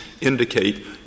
indicate